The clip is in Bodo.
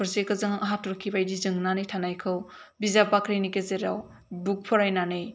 थरसे गोजों हाथरखि बायदि जोंनानै थानायखौ बिजाब बाख्रिनि गेजेराव बुक फरायनानै